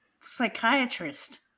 psychiatrist